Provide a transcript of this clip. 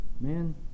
Man